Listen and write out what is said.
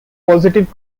positive